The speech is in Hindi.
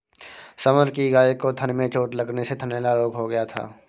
समर की गाय को थन में चोट लगने से थनैला रोग हो गया था